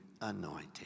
anointing